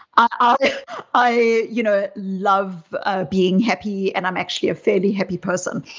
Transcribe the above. ah i you know love ah being happy and i'm actually a fairly happy person,